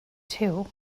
too